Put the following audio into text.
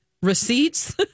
receipts